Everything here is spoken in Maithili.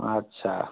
अच्छा